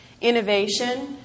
Innovation